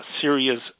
Syria's